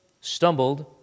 stumbled